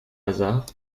hasard